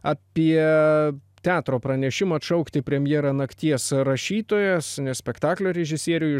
apie teatro pranešimą atšaukti premjerą nakties rašytojas nes spektaklio režisieriui